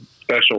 special